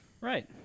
Right